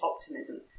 optimism